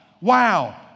wow